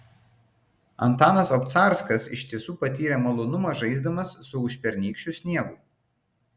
antanas obcarskas iš tiesų patyrė malonumą žaisdamas su užpernykščiu sniegu